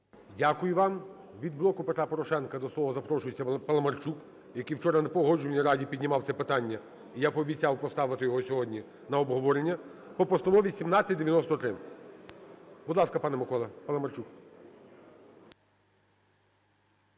Дякую вам. Від "Блоку Петра Порошенка" до слова запрошується Паламарчук, який вчора на Погоджувальній раді піднімав це питання, і я пообіцяв поставити його сьогодні на обговорення, по постанові 1793. Будь ласка, пане Микола Паламарчук.